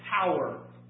power